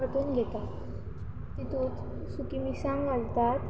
वांटून घेता तातूंत सुकी मिरसांग घालतात